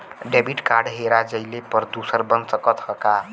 Debit card हेरा जइले पर दूसर बन सकत ह का?